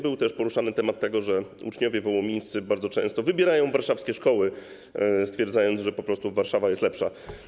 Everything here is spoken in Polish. Był też poruszany temat tego, że uczniowie wołomińscy bardzo często wybierają warszawskie szkoły, stwierdzając, że po prostu Warszawa jest lepsza.